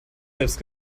selbst